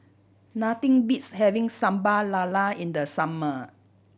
nothing beats having Sambal Lala in the summer